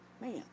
Man